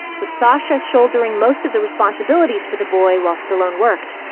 with sasha shouldering most of the responsibilities for the boy while stallone worked.